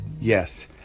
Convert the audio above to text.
yes